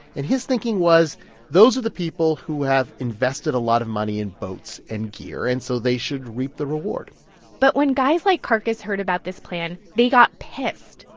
and his thinking was those are the people who have invested a lot of money in boats and gear and so they should reap the reward but when guys like carcass heard about this plan, they got pissed.